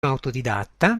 autodidatta